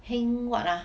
heng [what] lah